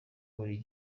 buri